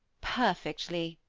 perfectly,